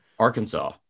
arkansas